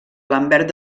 lambert